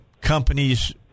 companies